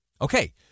Okay